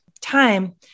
time